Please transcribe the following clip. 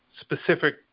specific